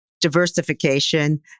diversification